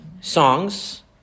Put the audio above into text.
songs